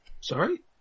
Sorry